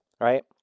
right